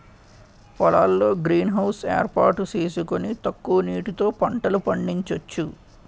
పొలాల్లో green house ఏర్పాటు సేసుకొని తక్కువ నీటితో పంటలు పండించొచ్చు